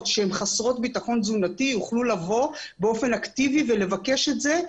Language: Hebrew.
שהן חסרות ביטחון תזונתי יוכלו לבוא באופן אקטיבי ולבקש את זה.